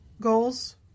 goals